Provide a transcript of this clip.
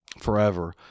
forever